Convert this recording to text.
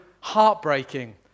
heartbreaking